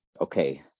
Okay